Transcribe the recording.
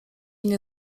nie